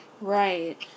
right